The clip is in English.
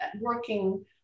working